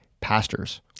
pastors